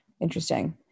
Interesting